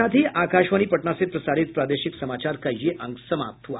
इसके साथ ही आकाशवाणी पटना से प्रसारित प्रादेशिक समाचार का ये अंक समाप्त हुआ